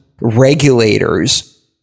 regulators